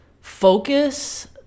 focus